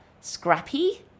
scrappy